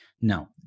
Now